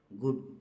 good